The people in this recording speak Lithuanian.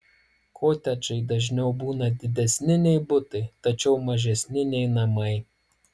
kotedžai dažniau būna didesni nei butai tačiau mažesni nei namai